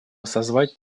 созвать